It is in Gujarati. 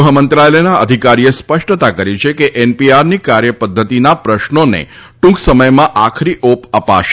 ગૃહમંત્રાલયના અધિકારીએ સ્પષ્ટતા કરી છે કે એનપીઆરની કાર્યપધ્ધતિના પ્રશ્નોને ટુંક સમયમાં આખરી ઓપ અપાશે